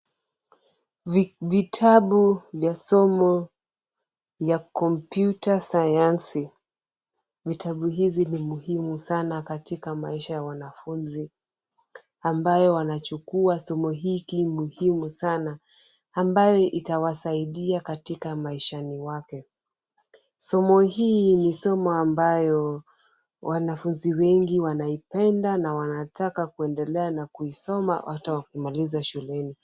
Vitabu vya somo ya kompyuta sayansi. Vitabu hizi ni muhimu sana katika maisha ya wanafunzi ambayo wanachukua somo hiki muhimu sana ambayo itawasaidia katika maishani wake. Somo hii ni somo ambayo wanafunzi wengi wanaipenda na wanataka kuendelea na kuisoma hata wakimaliza shuleni.